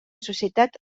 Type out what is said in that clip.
societat